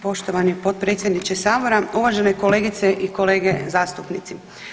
Poštovani potpredsjedniče Sabora, uvažene kolegice i kolege zastupnici.